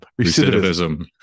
Recidivism